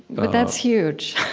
but that's huge.